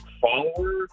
follower